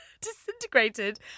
disintegrated